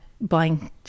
buying